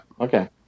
Okay